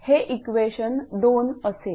हे इक्वेशन 2 असेल